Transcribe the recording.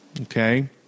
okay